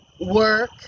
work